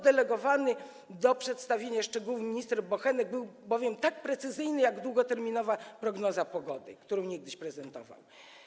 Oddelegowany do przedstawienia szczegółów minister Bochenek był bowiem tak precyzyjny, jak długoterminowa prognoza pogody, którą niegdyś prezentował.